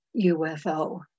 UFO